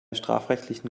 strafrechtlichen